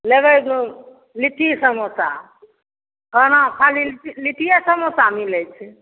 लेबै लिट्टी समोसा खाना खाली लिट्टिए समोसा मिलै छै